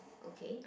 okay